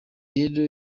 rero